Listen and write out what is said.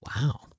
wow